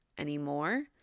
anymore